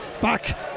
back